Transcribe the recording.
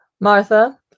Martha